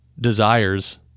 desires